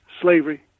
slavery